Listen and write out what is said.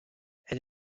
elle